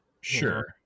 Sure